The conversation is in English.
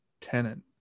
Tenant